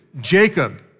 Jacob